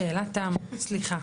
שאלת תם, סליחה.